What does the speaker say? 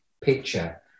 picture